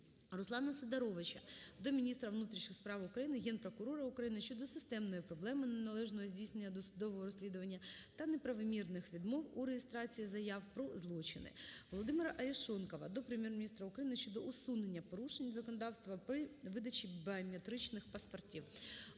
Руслана Сидоровича до міністра внутрішніх справ України, Генпрокурора України щодо системної проблеми неналежного здійснення досудового розслідування та неправомірних відмов у реєстрації заяв про злочин. Володимира Арешонкова до Прем'єр-міністра України щодо усунення порушень законодавства при видачі біометричних паспортів.